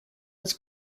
was